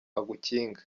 agukinga